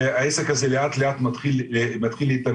והעסק הזה לאט לאט מתחיל להתארגן.